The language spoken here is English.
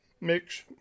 mix